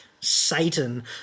Satan